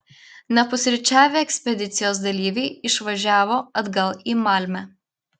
nepusryčiavę ekspedicijos dalyviai išvažiavo atgal į malmę